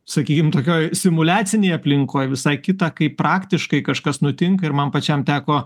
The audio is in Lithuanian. sakykim tokioj simuliacinėj aplinkoj visai kita kai praktiškai kažkas nutinka ir man pačiam teko